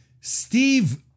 Steve